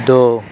دو